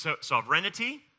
sovereignty